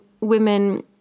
women